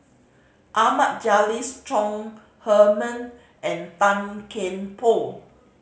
Ahmad Jais Chong Heman and Tan Kian Por